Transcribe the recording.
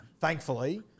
thankfully